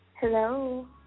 Hello